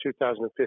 2015